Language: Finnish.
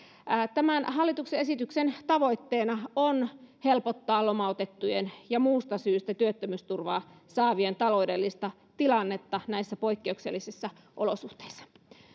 tämän hallituksen esityksen tavoitteena on helpottaa lomautettujen ja muusta syystä työttömyysturvaa saavien taloudellista tilannetta näissä poikkeuksellisissa olosuhteissa